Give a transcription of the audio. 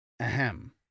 Ahem